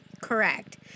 Correct